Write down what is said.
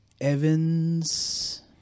Evans